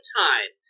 time